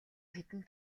хэдэн